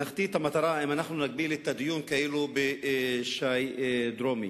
נחטיא את המטרה אם נגביל את הדיון כאילו בשי דרומי.